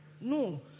No